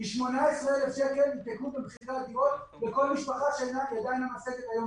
היא 18,000 שקל התייקרות במחירי הדירות לכל משפחה שידה אינה משגת היום,